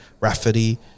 Rafferty